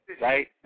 Right